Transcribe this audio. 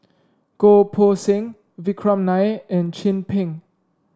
Goh Poh Seng Vikram Nair and Chin Peng